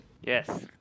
Yes